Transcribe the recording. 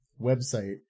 website